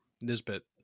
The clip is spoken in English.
Nisbet